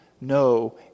no